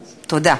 תודה.